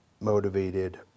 motivated